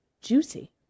juicy